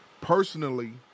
personally